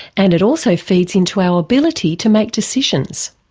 and it also feeds into our ability to make decisions.